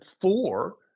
four